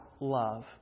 love